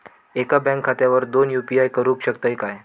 एका बँक खात्यावर दोन यू.पी.आय करुक शकतय काय?